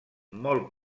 molt